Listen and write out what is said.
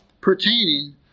pertaining